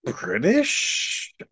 British